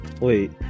wait